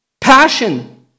passion